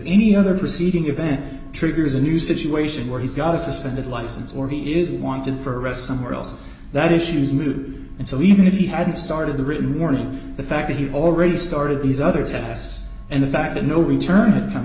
any other proceeding event triggers a new situation where he's got a suspended license or he is wanted for arrest somewhere else that issues moot and so even if he hadn't started the written warning the fact that he already started these other tests and the fact that no return had come